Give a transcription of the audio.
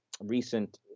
recent